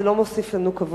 זה לא מוסיף לנו כבוד,